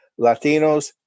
Latinos